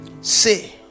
Say